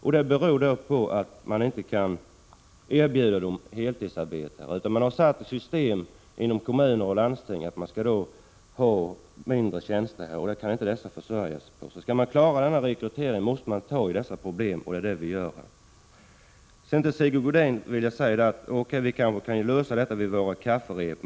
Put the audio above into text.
Det beror på att man inte kan erbjuda heltidsarbete. Inom kommuner och landsting har man satt i system att det skall vara mindre tjänster, och dem kan inte dessa människor försörja sig på. Skall rekryteringen klaras, måste vi ta tag i problemet — och det är alltså vad vi gör här. Till Sigge Godin vill jag säga: O.K., vi kan kanske lösa dessa frågor vid våra kafferep.